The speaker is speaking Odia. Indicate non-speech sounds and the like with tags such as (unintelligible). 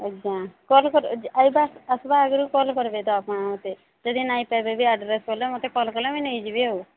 ଆଜ୍ଞା କଲ୍ (unintelligible) ଆସିବା ଆଗରୁ କଲ୍ କରିବେ ତ ଆପଣ ମୋତେ ଯଦି ନାଇଁ ପାଇବେ ବି ଆଡ୍ରେସ ବୋଲେ ମୋତେ କଲ୍ କଲେ ମୁଁ ନେଇଯିବି ଆଉ